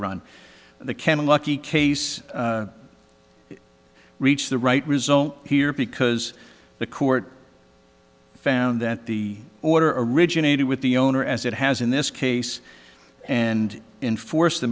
run the can a lucky case reach the right result here because the court found that the order originated with the owner as it has in this case and enforce the